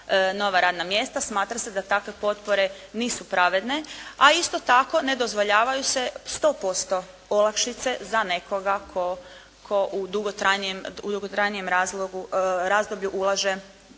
smatra se da takve potpore nisu pravedne. A isto tako ne dozvoljavaju se 100% olakšice za nekoga tko u dugotrajnijem, u dugotrajnijem razdoblju ulaže